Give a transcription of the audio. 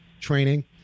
training